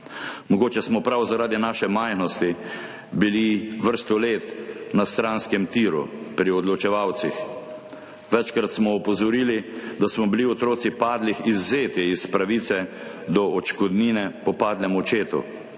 Mogoče smo prav zaradi naše majhnosti bili vrsto let na stranskem tiru pri odločevalcih. Večkrat smo opozorili, da smo bili otroci padlih izvzeti iz pravice do odškodnine po padlem očetu.